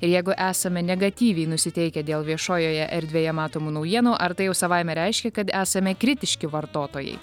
ir jeigu esame negatyviai nusiteikę dėl viešojoje erdvėje matomų naujienų ar tai jau savaime reiškia kad esame kritiški vartotojai